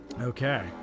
Okay